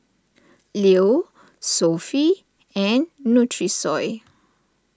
Leo Sofy and Nutrisoy